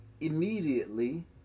immediately